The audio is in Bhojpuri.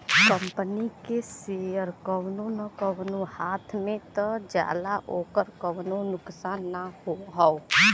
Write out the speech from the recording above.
कंपनी के सेअर कउनो न कउनो हाथ मे त जाला ओकर कउनो नुकसान ना हौ